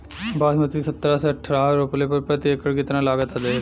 बासमती सत्रह से अठारह रोपले पर प्रति एकड़ कितना लागत अंधेरा?